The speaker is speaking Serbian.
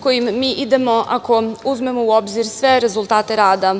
kojim mi idemo, ako uzmemo u obzir sve rezultate rade